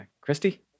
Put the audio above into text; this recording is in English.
Christy